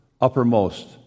uppermost